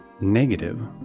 negative